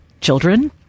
Children